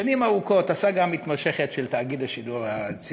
שנים ארוכות יש סאגה מתמשכת של תאגיד השידור הציבורי,